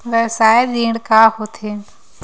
व्यवसाय ऋण का होथे?